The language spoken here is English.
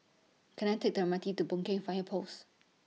Can I Take The M R T to Boon Keng Fire Post